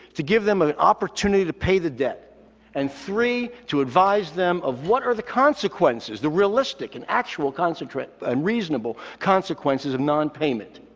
to give them an opportunity to pay the debt and three, to advise them of what are the consequences, the realistic and actual consequences and reasonable consequences of nonpayment.